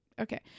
Okay